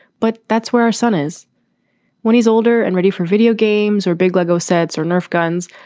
but that's where our son is when he's older and ready for video games or big lego sets or nerf guns.